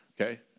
Okay